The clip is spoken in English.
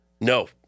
No